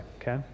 okay